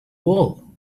wool